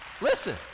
Listen